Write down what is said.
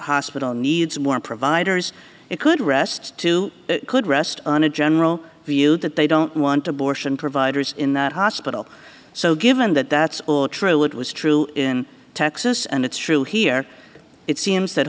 hospital needs more providers it could rest too could rest on a general view that they don't want abortion providers in the hospital so given that that's true it was true in texas and it's true here it seems that